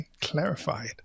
clarified